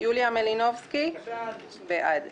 יוליה מלינובסקי בעד.